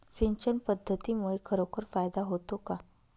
सिंचन पद्धतीमुळे खरोखर फायदा होतो का?